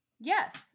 Yes